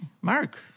Mark